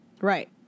Right